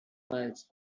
files